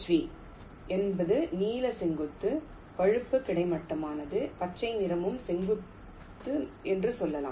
we என்பது நீல செங்குத்து பழுப்பு கிடைமட்டமானது பச்சை நிறமும் செங்குத்து என்று சொல்லலாம்